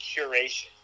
curation